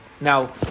Now